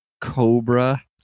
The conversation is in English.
Cobra